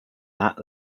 that